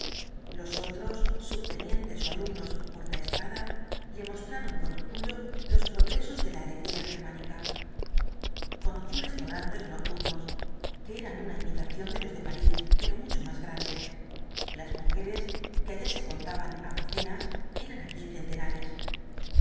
otros subtenientes ó alumnos porta espada le mostraron con orgullo los progresos de la alegría germánica conoció restaurants nocturnos que eran una imitación de los de parís pero mucho más grandes las mujeres que allá se contaban á docenas eran aquí centenares